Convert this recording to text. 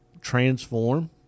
transform